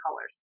colors